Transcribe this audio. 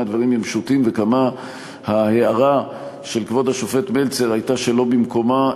הדברים הם פשוטים וכמה ההערה של כבוד השופט מלצר הייתה שלא במקומה,